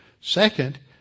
Second